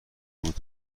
بود